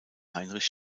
heinrich